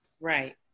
Right